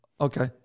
Okay